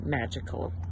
magical